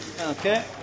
Okay